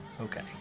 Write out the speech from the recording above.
Okay